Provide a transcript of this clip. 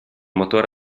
motore